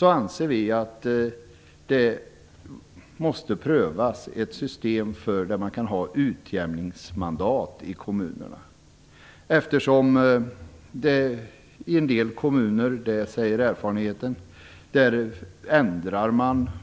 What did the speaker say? Vi anser att ett system med utjämningsmandat i kommunerna måste prövas. Erfarenheten säger att man i en del kommuner ändrar